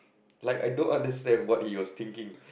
like I don't understand what he was thinking